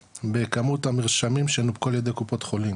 בכמות המרשמים שנופקו על ידי קופות חולים